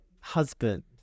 husband